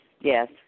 yes